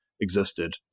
existed